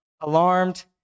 alarmed